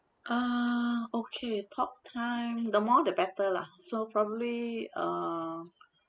ah okay talk time the more the better lah so probably uh